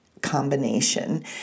combination